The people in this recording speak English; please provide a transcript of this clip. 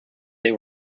they